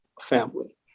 family